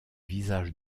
visage